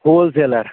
whole seller